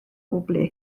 ble